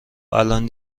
الان